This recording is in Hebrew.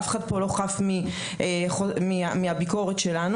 אף אחד פה לא חף מהביקורת שלנו